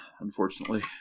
unfortunately